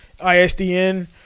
ISDN